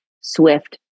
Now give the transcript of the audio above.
swift